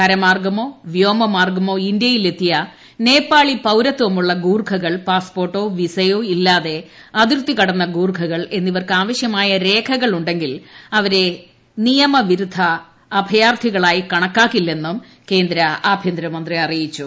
കര മാർഗമോ വ്യോമ മാർഗമോ ഇന്ത്യയിലെത്തിയ നേപ്പാളി പൌരത്വമുളള ഗൂർഖകൾപാസ്പോർട്ടോ വിസയോ ഇല്ലാതെ അതിർത്തി കടന്ന ഗൂർഖകൾ എന്നിവർക്ക് ആവശ്യമായ രേഖകൾ ഉണ്ടെങ്കിൽ അവരെ നിയമ വിരുദ്ധ അഭ്യാർത്ഥികളായി കണക്കാക്കി ല്ലെന്നും കേന്ദ്ര ആഭ്യന്തര മന്ത്രി അറിയ്ടിച്ചു